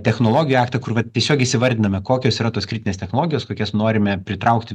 technologijų aktą kur vat tiesiog įsivardiname kokios yra tos kritinės technologijos kokias norime pritraukti